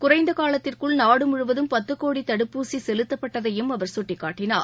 குறைந்த காலத்திற்குள் நாடு முழுவதும் பத்து கோடி தடுப்பூசி செலுத்தப்பட்டதையும் அவர் சுட்டிக்காட்டினார்